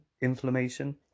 inflammation